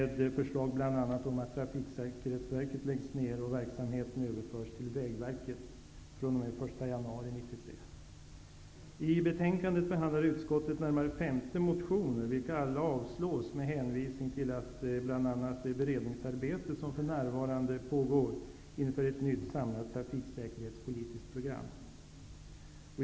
Där finns bl.a. förslag om att I betänkandet behandlar utskottet närmare 50 motioner, vilka alla avstyrks med hänvisning till bl.a. det beredningsarbete som för närvarande pågår inför ett nytt samlat trafiksäkerhetspolitiskt program.